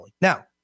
Now